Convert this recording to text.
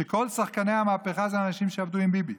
שכל שחקני המהפכה זה אנשים שעבדו עם ביבי.